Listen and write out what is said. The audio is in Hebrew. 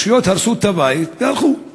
הרשויות הרסו את הבית והלכו,